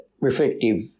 reflective